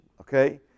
Okay